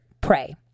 Pray